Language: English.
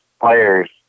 players